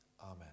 Amen